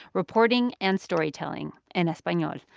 reporting and storytelling in espanol.